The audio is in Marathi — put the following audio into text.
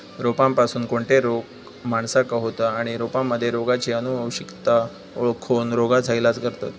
रोपांपासून कोणते रोग माणसाका होतं आणि रोपांमध्ये रोगाची अनुवंशिकता ओळखोन रोगाचा इलाज करतत